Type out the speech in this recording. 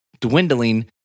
dwindling